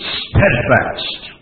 steadfast